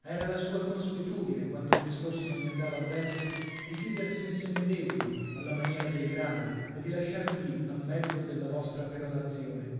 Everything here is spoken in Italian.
era la sua consuetudine quando un discorso non gli andava a versi di chiudersi in sè medesimo alla maniera dei grandi e di lasciarvi lì a mezzo della vostra perorazione